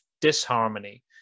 disharmony